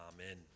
amen